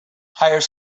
hires